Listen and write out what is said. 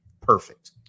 perfect